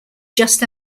just